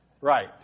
Right